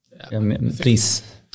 Please